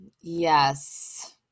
Yes